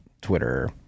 Twitter